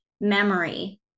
memory